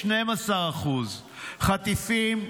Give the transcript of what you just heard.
12%; חטיפים,